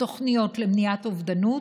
ותוכניות למניעת אובדנות,